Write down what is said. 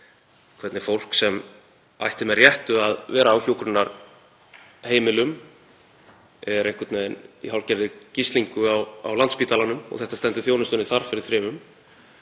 hvernig fólk sem ætti með réttu að vera á hjúkrunarheimilum er í hálfgerðri gíslingu á Landspítalanum og þetta stendur þjónustunni þar fyrir þrifum.